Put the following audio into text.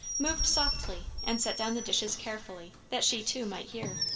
moved softly and set down the dishes carefully, that she too might hear.